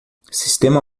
sistema